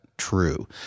True